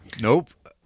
Nope